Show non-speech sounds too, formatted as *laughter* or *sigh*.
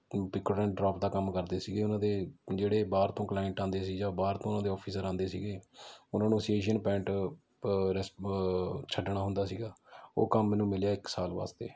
pick *unintelligible* drop ਦਾ ਕੰਮ ਕਰਦੇ ਸੀ ਉਨ੍ਹਾਂ ਦੇ ਜਿਹੜੇ ਬਾਹਰ ਤੋਂ ਕਲਾਇਟ ਆਉਂਦੇ ਸੀ ਜਾਂ ਬਾਹਰ ਤੋਂ ਉਸਦੇ ਅਫਸਰ ਆਉਂਦੇ ਸੀ ਉਹਨਾਂ ਨੂੰ ਅਸੀਂ ਏਸ਼ੀਅਨ ਪੇਂਟ ਛੱਡਣਾ ਹੁੰਦਾ ਸੀ ਉਹ ਕੰਮ ਮੈਨੂੰ ਮਿਲਿਆ ਇੱਕ ਸਾਲ ਵਾਸਤੇ